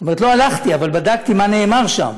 זאת אומרת לא הלכתי אבל בדקתי מה נאמר שם.